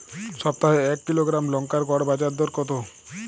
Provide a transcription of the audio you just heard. সপ্তাহে এক কিলোগ্রাম লঙ্কার গড় বাজার দর কতো?